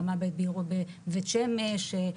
רמה ב' בבית שמש,